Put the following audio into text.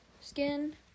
skin